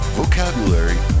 vocabulary